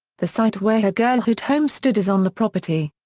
the site where her girlhood home stood is on the property.